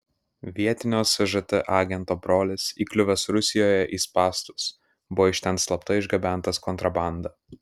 vietinio sžt agento brolis įkliuvęs rusijoje į spąstus buvo iš ten slapta išgabentas kontrabanda